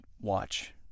watch